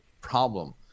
problem